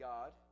God